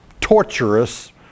torturous